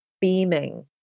beaming